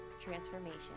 transformation